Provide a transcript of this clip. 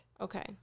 Okay